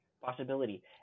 possibility